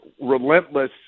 relentless